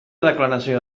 declaració